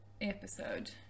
episode